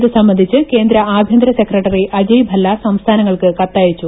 ഇത് സംബന്ധിച്ച് കേന്ദ്ര ആഭ്യന്തര സെക്രട്ടറി അജ്യ് ഭല്ല സംസ്ഥാനങ്ങൾക്ക് കത്തയച്ചു